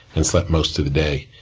and slept most of the day.